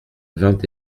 vingt